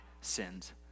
sins